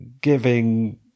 giving